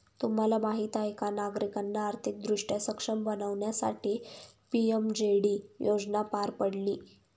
तुम्हाला माहीत आहे का नागरिकांना आर्थिकदृष्ट्या सक्षम बनवण्यासाठी पी.एम.जे.डी योजना पार पाडली